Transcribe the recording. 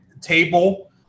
table